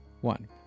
One